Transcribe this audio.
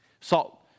Salt